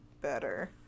better